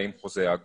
האם החוזה הגון,